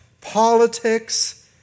politics